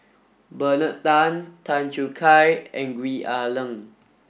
Bernard Tan Tan Choo Kai and Gwee Ah Leng